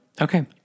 Okay